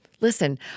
Listen